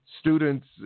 students